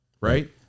right